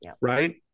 Right